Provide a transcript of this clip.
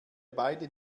beide